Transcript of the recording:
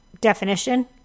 definition